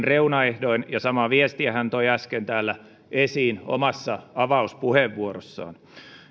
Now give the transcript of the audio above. reunaehdoin ja samaa viestiä hän toi äsken täällä esiin omassa avauspuheenvuorossaan